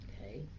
Okay